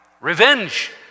Revenge